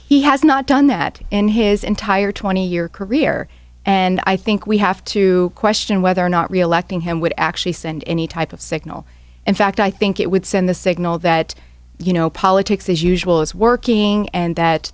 he has not done that in his entire twenty year career and i think we have to question whether or not re electing him would actually send any type of signal in fact i think it would send the signal that you know politics as usual is working and that